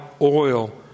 oil